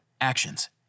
Actions